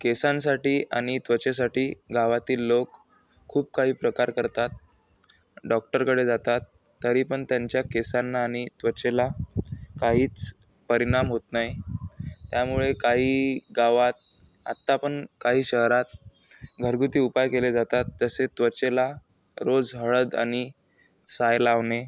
केसांसाठी आणि त्वचेसाठी गावातील लोक खूप काही प्रकार करतात डॉक्टरकडे जातात तरी पण त्यांच्या केसांना आणि त्वचेला काहीच परिणाम होत नाही त्यामुळे काही गावात आत्ता पण काही शहरात घरगुती उपाय केले जातात तसे त्वचेला रोज झावळात आणि साय लावणे